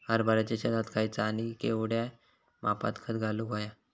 हरभराच्या शेतात खयचा आणि केवढया मापात खत घालुक व्हया?